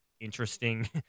interesting